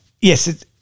yes